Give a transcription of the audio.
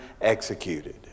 executed